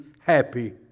happy